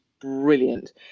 brilliant